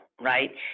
right